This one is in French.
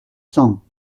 cents